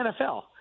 NFL